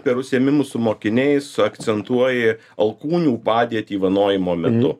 per užsiėmimus su mokiniais akcentuoji alkūnių padėtį vanojimo menu